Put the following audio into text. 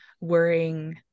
worrying